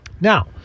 Now